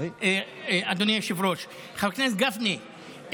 אדוני היושב-ראש: חבר הכנסת גפני,